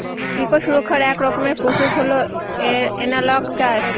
eco সুরক্ষার এক রকমের প্রসেস হল এনালগ চাষ